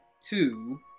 Two